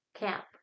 Camp